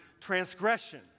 transgression